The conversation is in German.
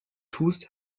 tust